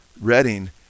reading